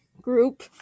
group